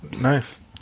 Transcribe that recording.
Nice